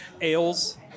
Ales